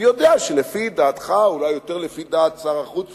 אני יודע שלפי דעתך, אולי יותר לפי דעת שר החוץ